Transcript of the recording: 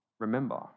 Remember